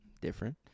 Different